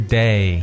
day